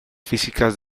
físicas